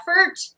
effort